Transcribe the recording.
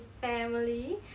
family